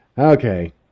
Okay